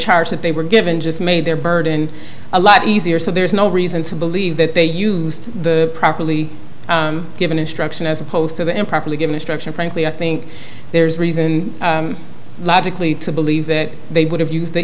charge that they were given just made their burden a lot easier so there's no reason to believe that they used the properly given instruction as opposed to the improperly given instruction frankly i think there's reason logically to believe that they would have used the